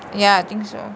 ya I think so